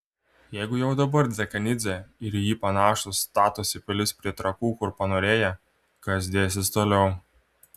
jeigu jau dabar dekanidzė ir į jį panašūs statosi pilis prie trakų kur panorėję kas dėsis toliau